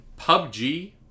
PUBG